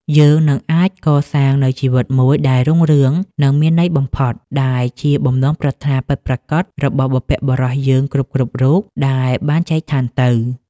យើងនឹងអាចកសាងនូវជីវិតមួយដែលរុងរឿង និងមានន័យបំផុត ដែលជាបំណងប្រាថ្នាពិតប្រាកដរបស់បុព្វបុរសយើងគ្រប់ៗរូបដែលបានចែកឋានទៅ។